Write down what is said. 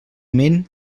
ment